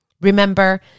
Remember